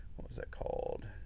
was that called?